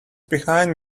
behind